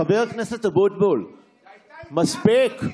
חבר הכנסת אבוטבול, מספיק.